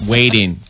Waiting